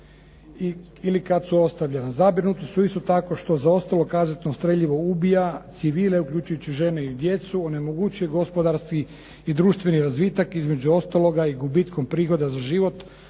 ili kad su ostavljena. Zabrinuti su isto tako što za ostalo kazetno streljivo ubija civile uključujući žene i djecu, onemogućuje gospodarski i društveni razvitak, između ostaloga i gubitkom prihoda za život,